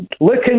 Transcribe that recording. Looking